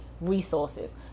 resources